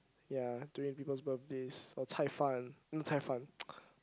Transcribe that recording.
ya during people's birthdays or cai-fan not cai-fan